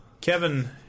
Kevin